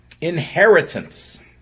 inheritance